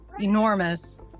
enormous